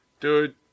Dude